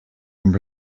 and